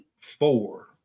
four